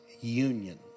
union